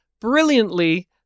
brilliantly